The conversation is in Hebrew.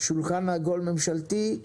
שולחן עגול ממשלתי.